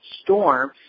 storm